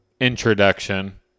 introduction